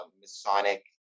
masonic